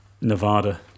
Nevada